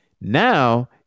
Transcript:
now